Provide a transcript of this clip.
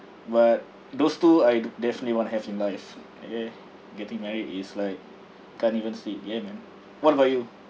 but those two I'd definitely want to have in life okay getting married is like can't even see it yet man what about you